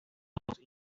otros